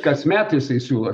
kasmet jisai siūlo